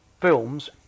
films